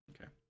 Okay